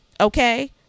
Okay